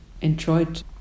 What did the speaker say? enjoyed